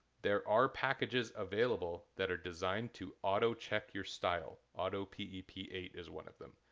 there are packages available that are designed to auto-check your style. auto p e p eight is one of them.